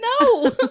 No